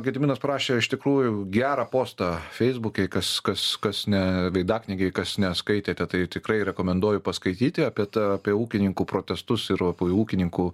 gediminas parašė iš tikrųjų gerą postą feisbuke kas kas kas ne veidaknygėj kas neskaitėte tai tikrai rekomenduoju paskaityti apie ta apie ūkininkų protestus ir apie ūkininkų